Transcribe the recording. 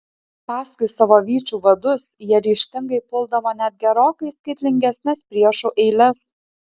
paskui savo vyčių vadus jie ryžtingai puldavo net gerokai skaitlingesnes priešų eiles